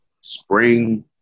Spring